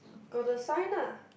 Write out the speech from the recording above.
got the sign lah